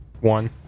one